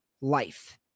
life